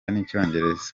n’icyongereza